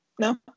No